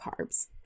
carbs